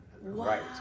right